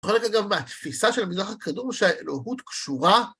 יכול להיות, אגב, מהתפיסה של המזרח הקדום הוא שהאלוהות קשורה